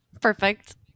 perfect